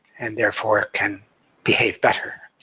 and therefore can behave better.